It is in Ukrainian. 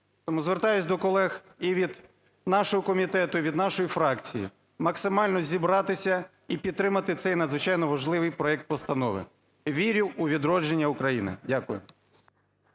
звертаюсь до колег і від нашого комітету, і від нашої фракції, максимально зібратися і підтримати цей надзвичайно важливий проект постанови. Вірю у відродження України. Дякую.